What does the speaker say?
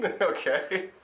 okay